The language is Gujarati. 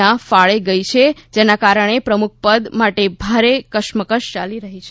ના ફાળે ગઈ છે જેના કારણે પ્રમુખ પદ માટે ભારે કશ્મકશ ચાલી રહી છે